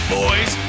boys